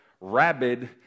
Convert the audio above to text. rabid